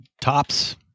tops